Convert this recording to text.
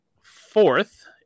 fourth